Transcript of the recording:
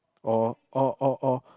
or or or or